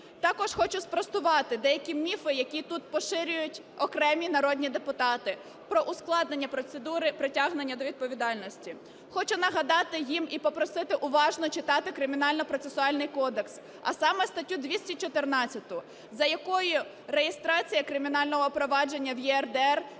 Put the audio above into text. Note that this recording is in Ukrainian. Також хочу спростувати деякі міфи, які тут поширюють окремі народні депутати про ускладнення процедури притягнення до відповідальності. Хочу нагадати їм і попросити уважно читати Кримінальний процесуальний кодекс, а саме статтю 214, за якою реєстрація кримінального провадження в ЄРДР